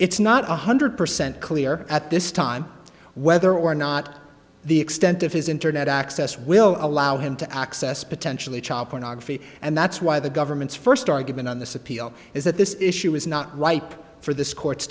it's not one hundred percent clear at this time whether or not the extent of his internet access will allow him to access potentially child pornography and that's why the government's first argument on this appeal is that this issue is not ripe for this court's